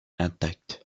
intact